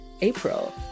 April